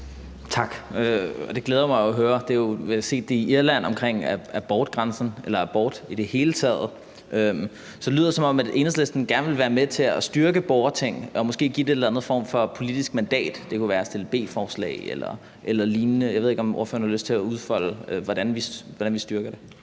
Tak. Og det glæder mig jo at høre – vi har set det i Irland omkring abortgrænsen eller abort i det hele taget. Så det lyder, som om Enhedslisten gerne vil være med til at styrke borgertinget og måske give det en eller anden form for politisk mandat. Det kunne være at kunne fremsætte beslutningsforslag eller lignende. Jeg ved ikke, om ordføreren har lyst til at udfolde, hvordan vi styrker det?